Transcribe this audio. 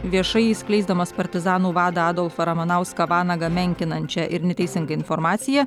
viešai skleisdamas partizanų vadą adolfą ramanauską vanagą menkinančią ir neteisingą informaciją